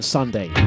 Sunday